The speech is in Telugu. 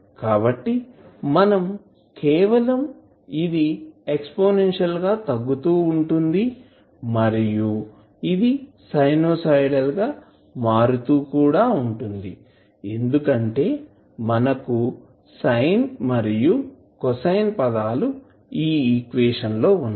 కాబట్టి మనం కేవలం ఇది ఎక్స్పోనెన్షియల్ గా తగ్గుతూ ఉంటుంది మరియు ఇది సైన్ సోయి డల్ గా మారుతూ కూడా ఉంటుంది ఎందుకంటే మనకు సైన్ మరియు కొసైన్ పదాలు ఈక్వేషన్ లో వున్నాయి